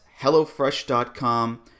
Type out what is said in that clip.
HelloFresh.com